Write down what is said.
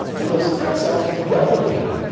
and those fat cells replicate.